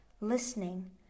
listening